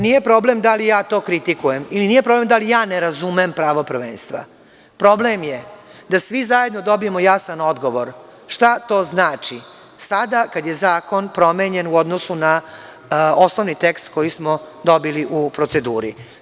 Nije problem da li ja to kritikujem i nije problem da li ja ne razumem pravo prvenstva, već je problem da svi dobijemo zajedno jasan odgovor, šta to znači sada kada je zakon promenjen u odnosu na osnovni tekst koji smo dobili u proceduri?